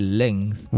length